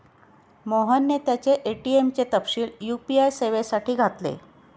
मोहनने त्याचे ए.टी.एम चे तपशील यू.पी.आय सेवेसाठी घातले